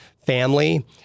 family